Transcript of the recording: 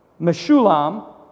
Meshulam